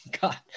god